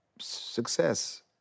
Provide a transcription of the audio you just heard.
Success